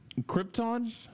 Krypton